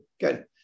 good